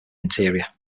interior